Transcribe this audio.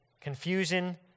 confusion